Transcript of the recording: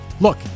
Look